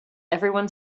everyone